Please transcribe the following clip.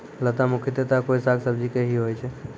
लता मुख्यतया कोय साग सब्जी के हीं होय छै